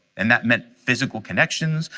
and that meant physical connections,